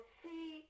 see